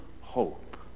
hope